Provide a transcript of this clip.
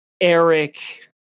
Eric